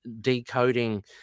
decoding